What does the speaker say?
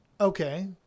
Okay